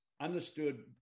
understood